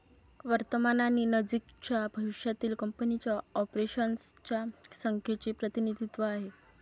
वर्तमान आणि नजीकच्या भविष्यातील कंपनीच्या ऑपरेशन्स च्या संख्येचे प्रतिनिधित्व आहे